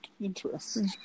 Interesting